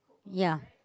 ya